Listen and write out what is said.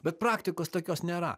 bet praktikos tokios nėra